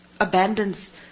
abandons